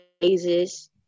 phases